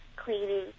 Cleaning